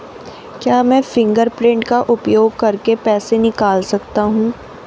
क्या मैं फ़िंगरप्रिंट का उपयोग करके पैसे निकाल सकता हूँ?